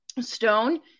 Stone